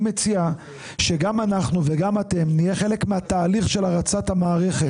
אני מציע שגם אנחנו וגם אתם נהיה חלק מהתהליך של הרצת המערכת,